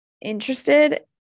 interested